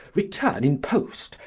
returne in poste,